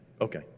okay